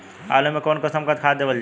आलू मे कऊन कसमक खाद देवल जाई?